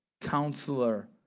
Counselor